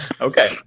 Okay